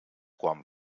quan